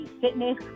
fitness